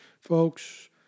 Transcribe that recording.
folks